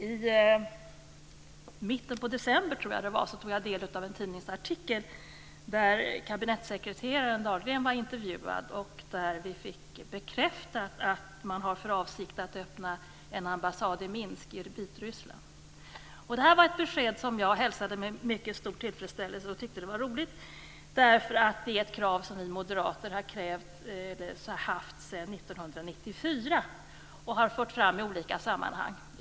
I mitten av december tog jag del av en tidningsartikel där kabinettssekreterare Dahlgren intervjuades. Vi fick där bekräftat att man har för avsikt att öppna en ambassad i Minsk i Vitryssland. Detta var ett besked som jag hälsade med mycket stor tillfredsställelse och tyckte var roligt. Det är ett krav som vi moderater har haft och fört fram i olika sammanhang sedan 1994.